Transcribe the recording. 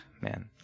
man